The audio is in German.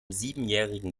siebenjährigen